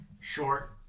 Short